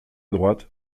droite